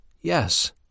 Yes